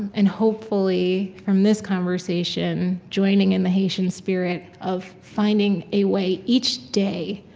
and hopefully, from this conversation, joining in the haitian spirit of finding a way, each day,